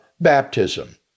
baptism